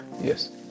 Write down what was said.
Yes